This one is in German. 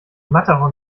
matterhorn